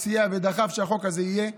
סייע ודחף שהחוק הזה יהיה,